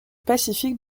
pacifique